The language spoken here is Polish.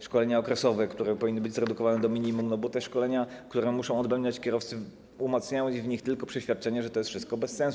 Szkolenia okresowe powinny być zredukowane do minimum, bo te szkolenia, które muszą odbębniać kierowcy, umacniają w nich tylko przeświadczenie, że to jest wszystko bez sensu.